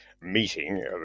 meeting